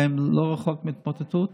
והם לא רחוקים מהתמוטטות.